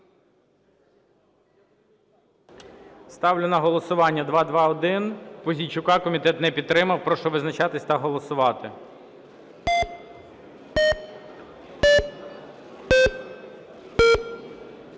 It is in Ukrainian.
Ставлю на голосування 221 Пузійчука. Комітет не підтримав. Прошу визначатись та голосувати.